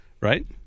Right